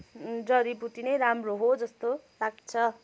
जडीबुटी नै राम्रो हो जस्तो लाग्छ